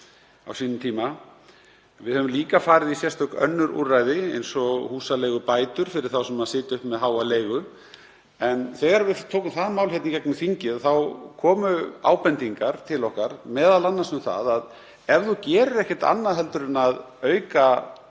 á sínum tíma. Við höfum líka farið í sérstök önnur úrræði, eins og húsaleigubætur fyrir þá sem sitja uppi með háa leigu. En þegar við fórum með það mál í gegnum þingið komu ábendingar til okkar m.a. um að ef maður gerir ekkert annað en að auka